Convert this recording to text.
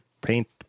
paint